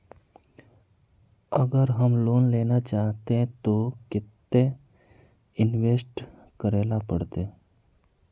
अगर हम लोन लेना चाहते तो केते इंवेस्ट करेला पड़ते?